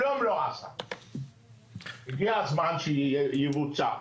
הגיע הזמן שיבוצע.